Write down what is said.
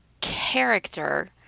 character